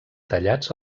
tallats